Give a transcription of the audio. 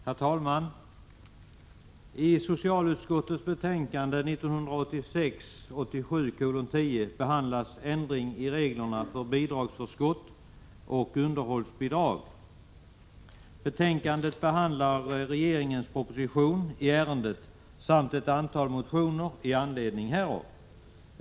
Herr talman! I socialutskottets betänkande 1986/87:10 behandlas frågan om ändring i reglerna för bidragsförskott och underhållsbidrag. I betänkandet behandlas också regeringens proposition i ärendet samt ett antal motioner i anledning härav.